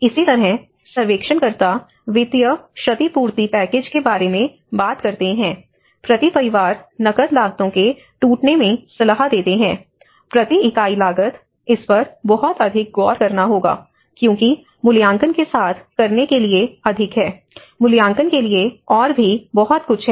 इसी तरह सर्वेक्षणकर्ता वित्तीय क्षतिपूर्ति पैकेज के बारे में बात करते हैं प्रति परिवार नकद लागतों के टूटने में सलाह देते हैं प्रति इकाई लागत इस पर बहुत अधिक गौर करना होगा क्योंकि मूल्यांकन के साथ करने के लिए अधिक है मूल्यांकन के लिए और भी बहुत कुछ है